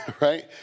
right